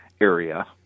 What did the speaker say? area